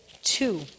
Two